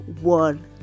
one